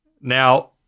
Now